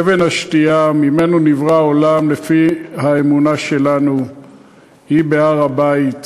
אבן השתייה שממנה נברא העולם לפי האמונה שלנו היא בהר-הבית,